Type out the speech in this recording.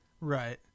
Right